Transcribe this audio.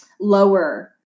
lower